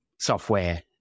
software